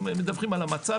הם מדווחים על המצב,